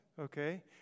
Okay